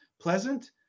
Pleasant